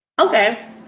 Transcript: Okay